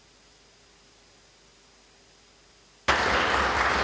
Hvala